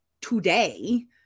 today